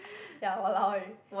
ya !walao! eh